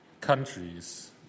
countries